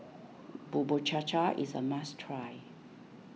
Bubur Cha Cha is a must try